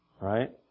Right